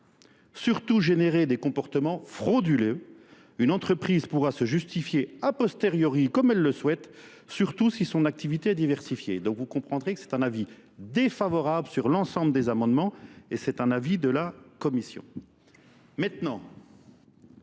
surtout générer des comportements fraudulés, une entreprise pourra se justifier à posteriori comme elle le souhaite, surtout si son activité est diversifiée. Donc vous comprendrez que c'est un avis défavorable sur l'ensemble des amendements et c'est un avis de la Commission.